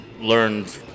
learned